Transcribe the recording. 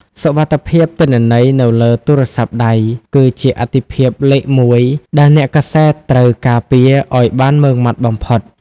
សុវត្ថិភាពទិន្នន័យនៅលើទូរស័ព្ទដៃ គឺជាអាទិភាពលេខមួយដែលអ្នកកាសែតត្រូវការពារឱ្យបានម៉ឺងម៉ាត់បំផុត។